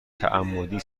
تعمدی